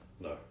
No